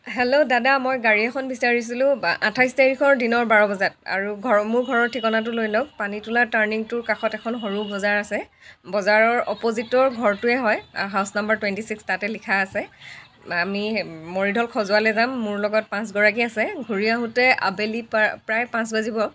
hello দাদা মই গাড়ী এখন বিচাৰিছিলোঁ আঠাইছ তাৰিখৰ দিনৰ বাৰ বজাত আৰু ঘৰৰ মোৰ ঘৰৰ ঠিকনাটো লৈ লওক পানীতোলা টাৰ্ণিঙটোৰ কাষত এখন সৰু বজাৰ আছে বজাৰৰ অপ'জিতৰ ঘৰটোয়েই হয় হাউছ নাম্বাৰ টুৱেন্টি চিক্স তাতে লিখা আছে আমি মৰিধল খযোৱালৈ যাম মোৰ লগত পাঁচগৰাকী আছে ঘূৰি আহোঁতে আবেলি পা প্ৰায় পাঁচ বাজিব